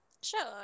Sure